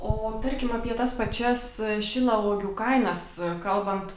o tarkim apie tas pačias šilauogių kainas kalbant